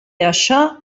això